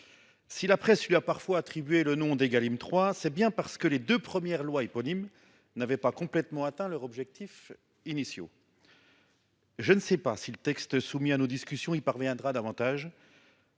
Si la presse lui a parfois attribué le nom d'« Égalim 3 », c'est bien parce que les deux premières lois éponymes n'avaient pas complètement atteint leurs objectifs initiaux. Je ne sais pas si le texte dont nous venons de discuter y parviendra davantage